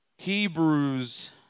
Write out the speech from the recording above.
Hebrews